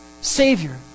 Savior